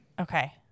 Okay